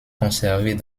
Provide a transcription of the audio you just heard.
conservés